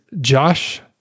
Josh